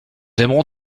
aimerons